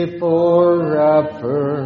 forever